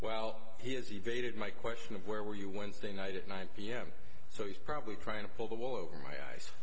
well he has evaded my question of where were you wednesday night at nine pm so he's probably trying to pull the wool over my eyes